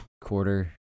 quarter